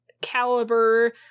caliber